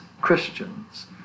Christians